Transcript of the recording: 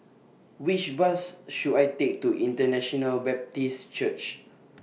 Which Bus should I Take to International Baptist Church